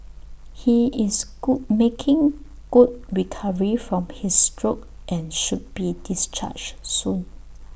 he is good making good recovery from his stroke and should be discharged soon